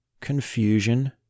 confusion